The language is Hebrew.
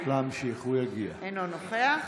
אינו נוכח